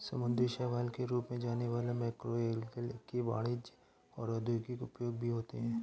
समुद्री शैवाल के रूप में जाने वाला मैक्रोएल्गे के वाणिज्यिक और औद्योगिक उपयोग भी होते हैं